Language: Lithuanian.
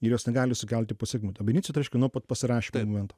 ir jos negali sukelti pasekmių ab inicijo tai reiškia nuo pat pasirašymo momento